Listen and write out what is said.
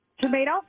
tomato